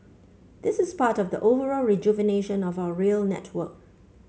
this is part of the overall rejuvenation of our rail network